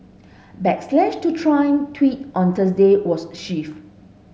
backlash to Trump tweet on Thursday was the